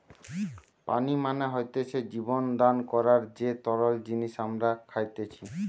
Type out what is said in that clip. পানি মানে হতিছে জীবন দান করার যে তরল জিনিস আমরা খাইতেসি